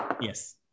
Yes